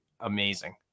amazing